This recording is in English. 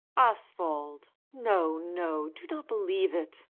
oswald! no, no do not believe it!